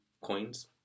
coins